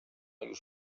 już